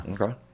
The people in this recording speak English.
Okay